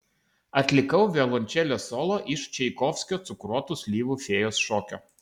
atlikau violončelės solo iš čaikovskio cukruotų slyvų fėjos šokio